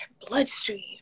bloodstream